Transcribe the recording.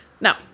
Now